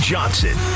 Johnson